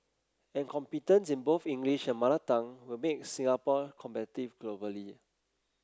and competence in both English and Mother Tongue will make Singapore competitive globally